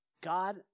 God